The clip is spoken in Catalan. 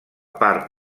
part